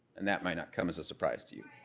and that might not come as a surprise to you.